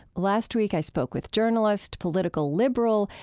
last week, i spoke with journalist, political liberal,